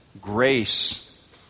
grace